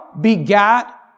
begat